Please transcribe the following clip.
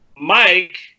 Mike